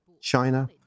China